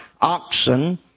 oxen